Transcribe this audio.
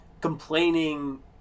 complaining